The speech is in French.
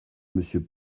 monsieur